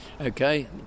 Okay